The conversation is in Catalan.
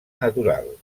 natural